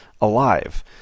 alive